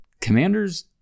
Commanders